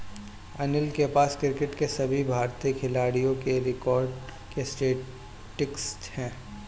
अनिल के पास क्रिकेट के सभी भारतीय खिलाडियों के रिकॉर्ड के स्टेटिस्टिक्स है